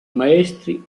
maestri